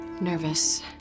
Nervous